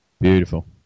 beautiful